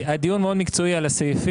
היה דיון מאוד מקצועי על הסעיפים.